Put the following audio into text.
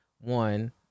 one –